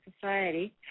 society